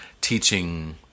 teaching